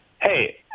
Hey